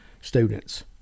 students